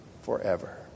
forever